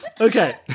Okay